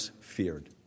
feared